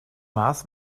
mars